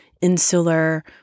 insular